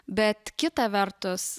bet kita vertus